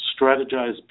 strategize